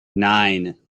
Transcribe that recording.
nine